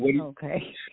okay